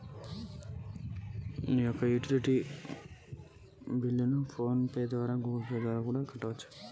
నా యొక్క utility bill నేను ఎలా కట్టాలి?